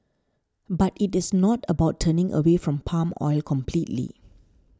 but it is not about turning away from palm oil completely